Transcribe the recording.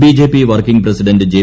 BJP working president J